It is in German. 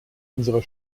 unserer